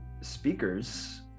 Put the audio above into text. speakers